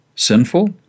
Sinful